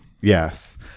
Yes